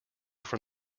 from